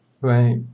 Right